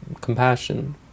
compassion